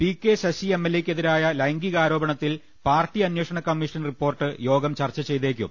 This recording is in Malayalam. P K Sasi M L എയ്ക്കെതിരായ ലൈംഗികാരോപണത്തിൽ പാർട്ടി അന്വേഷണ കമ്മീഷൻ റിപ്പോർട്ട് യോഗം ചർച്ച ചെയ്തേക്കും